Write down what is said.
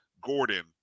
Gordon